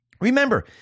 Remember